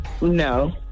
No